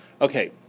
Okay